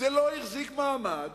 זה לא החזיק מעמד